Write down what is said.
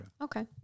Okay